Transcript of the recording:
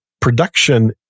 production